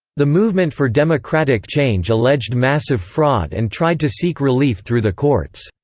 the movement for democratic change alleged massive fraud and tried to seek relief through the courts.